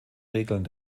regeln